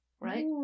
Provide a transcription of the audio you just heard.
right